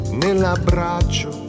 nell'abbraccio